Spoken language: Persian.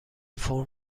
فرم